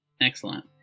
Excellent